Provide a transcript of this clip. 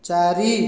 ଚାରି